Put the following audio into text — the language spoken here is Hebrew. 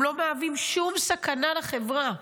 הם לא מהווים שום סכנה לחברה.